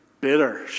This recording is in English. bitter